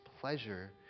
pleasure